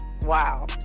Wow